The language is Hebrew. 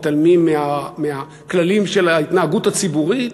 מתעלמים מהכללים של ההתנהגות הציבורית,